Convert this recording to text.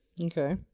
Okay